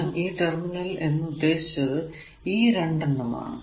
ഞാൻ ടെർമിനൽ എന്നുദ്ദേശിച്ചതു ഈ രണ്ടെണ്ണം ആണ്